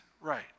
right